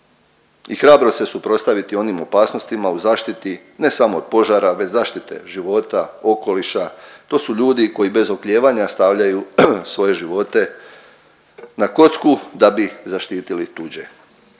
i hrabro se suprotstaviti onim opasnostima u zaštiti, ne samo od požara već zaštite života, okoliša, to su ljudi koji bez oklijevanja stavljaju svoje živote na kocku da bi zaštitili tuđe.